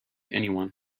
anyone